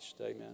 Amen